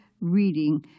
reading